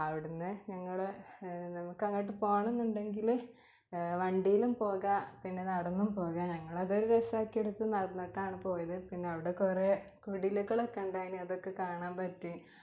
അവിടെ നിന്ന് ഞങ്ങൾ നമുക്കങ്ങോട്ട് പോകണമെന്നുണ്ടങ്കിൽ വണ്ടിയിലും പോകാം പിന്നെ നടന്നും പോകാം ഞങ്ങൾ അത് ഒരു രസമാക്കി എടുത്തു നടന്നിട്ടാണ് പോയത് പിന്നെ അവിടെ കുറേ കുടിലുകളൊക്കെ ഉണ്ടായിരുന്നു അതൊക്കെ കാണാൻ പറ്റി